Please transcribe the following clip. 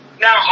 Now